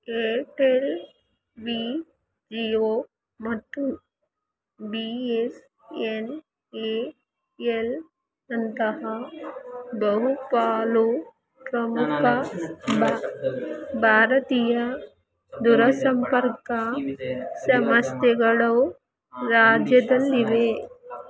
Airtel Vi Jio ಮತ್ತು B S N L ನಂತಹ ಬಹುಪಾಲು ಪ್ರಮುಖ ಭಾರತೀಯ ದೂರಸಂಪರ್ಕ ಸಂಸ್ಥೆಗಳು ರಾಜ್ಯದಲ್ಲಿವೆ